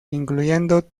incluyendo